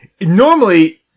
normally